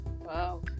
Wow